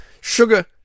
sugar